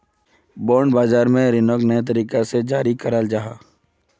bond बाज़ार में रीनो को नए तरीका से जारी कराल जाहा